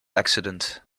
accident